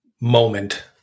moment